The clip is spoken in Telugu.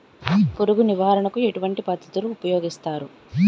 పురుగు నివారణ కు ఎటువంటి పద్ధతులు ఊపయోగిస్తారు?